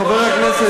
חבר הכנסת,